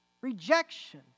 rejection